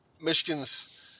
Michigan's